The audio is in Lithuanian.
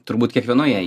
turbūt kiekvienoje